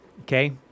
Okay